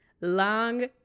long